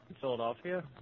Philadelphia